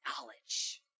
knowledge